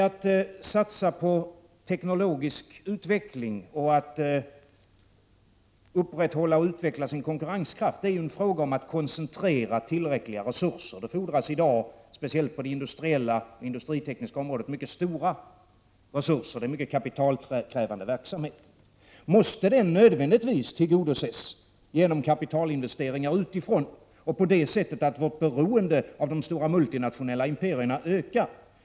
Att satsa på teknologisk utveckling och upprätthålla och utveckla sin konkurrenskraft är en fråga om att koncentrera tillräckliga resurser. Det fordras i dag speciellt på det industritekniska området mycket stora resurser. Det är en mycket kapitalkrävande verksamhet. Måste den nödvändigtvis tillgodoses genom kapitalinvesteringar utifrån på det sättet att vårt beroende av de stora multinationella imperierna ökar?